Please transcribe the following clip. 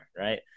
Right